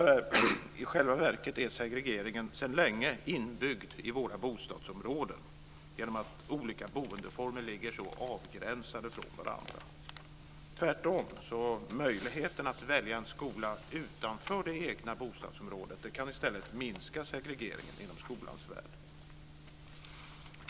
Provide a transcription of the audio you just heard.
I själva verket är segregeringen sedan länge inbyggd i våra bostadsområden genom att olika boendeformer ligger så avgränsade från varandra. Tvärtom kan möjligheterna att välja en skola utanför det egna bostadsområdet i stället minska segregeringen inom skolans värld.